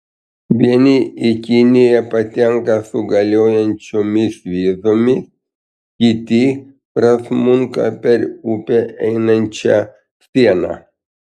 vieni į kiniją patenka su galiojančiomis vizomis kiti prasmunka per upę einančią sieną